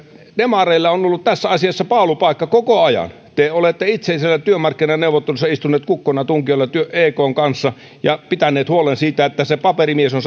demareilla on ollut tässä asiassa paalupaikka koko ajan niin te olette itse siellä työmarkkinaneuvotteluissa istuneet kukkona tunkiolla ekn kanssa ja pitäneet huolen siitä että paperimies on